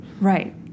Right